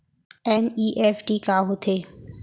NEFT का होथे?